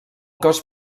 cos